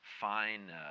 fine